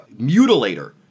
Mutilator